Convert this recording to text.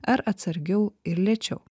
ar atsargiau ir lėčiau